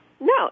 No